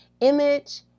image